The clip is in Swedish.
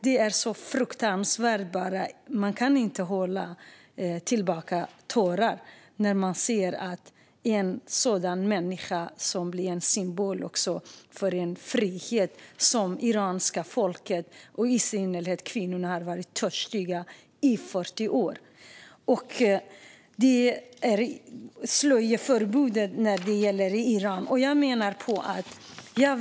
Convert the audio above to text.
Det är så fruktansvärt att man inte kan hålla tillbaka tårarna när man ser en sådan människa bli symbol för den frihet som Irans folk, i synnerhet kvinnorna, har törstat efter i 40 år. Så länge har det rått slöjtvång i Iran. Visst ska Sverige samtala.